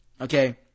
Okay